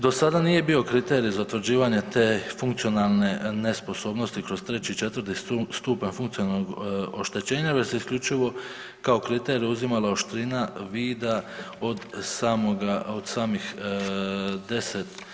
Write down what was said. Do sada nije bio kriterij za utvrđivanje te funkcionalne nesposobnosti kroz 3. i 4. stupanj funkcionalnog oštećenja, već se isključivo kao kriterij uzimala oštrina vida od samih 10%